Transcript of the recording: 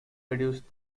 reduced